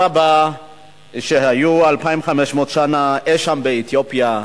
שהיו 2,500 שנה אי-שם באתיופיה,